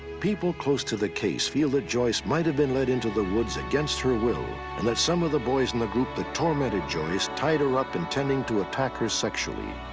people close to the case feel that joyce might have been led into the woods against her will, and that some of the boys in the group that tormented joyce, tied her up intending to attack her sexually.